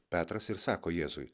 petras ir sako jėzui